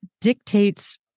dictates